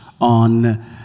on